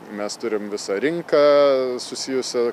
mes turim visą rinką susijusią